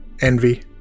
envy